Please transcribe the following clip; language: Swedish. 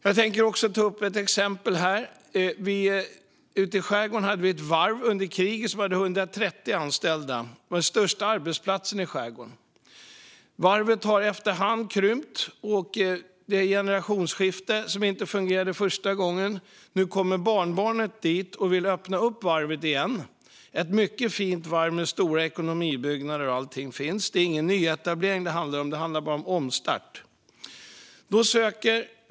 Jag ska ta upp ett annat exempel. Ute i skärgården hade vi under kriget ett varv som hade 130 anställda. Det var den största arbetsplatsen i skärgården. Varvet har efter hand krympt på grund av problem med generationsskiften som inte fungerat. Nu vill barnbarnet öppna upp varvet igen. Det är ett mycket fint varv där stora ekonomibyggnader och allting finns. Det är inte en nyetablering som det handlar om utan bara en omstart.